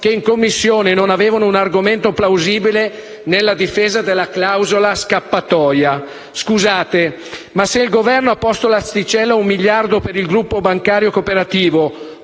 che in Commissione non avevano un argomento plausibile nella difesa della clausola scappatoia. Scusate ma, se il Governo ha posto l'asticella a un miliardo per il gruppo bancario cooperativo,